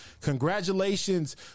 Congratulations